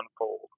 unfold